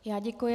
Já děkuji.